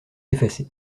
effacé